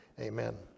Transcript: amen